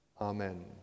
Amen